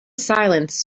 silence